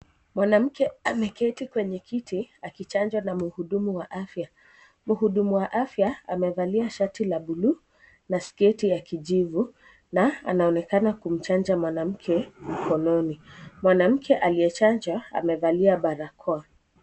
Mwanamke ameketi kwenye kiti akichanjwa na mhudumu wa afya. Mhudumu wa afya amevalia shati la bluu na sketi ya kijivu na anaonekana kimchanja mwanamke mkononi. Mwanamke aliyechanjwa, amevalia barakoa.